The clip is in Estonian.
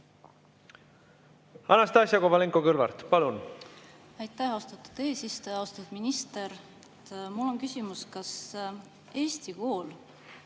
Anastassia Kovalenko-Kõlvart, palun! Aitäh, austatud eesistuja! Austatud minister! Mul on küsimus. Kas eesti kool